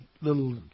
little